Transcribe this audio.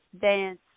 dance